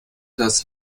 das